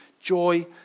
joy